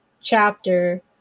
chapter